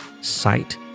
site